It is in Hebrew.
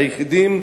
היחידים,